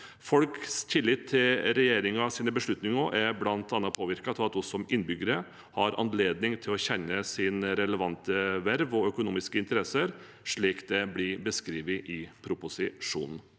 Folks tillit til regjeringens beslutninger er bl.a. påvirket av at vi som innbyggere har anledning til å kjenne til relevante verv og økonomiske interesser, slik det beskrives i proposisjonen.